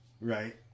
Right